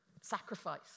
sacrifice